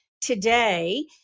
today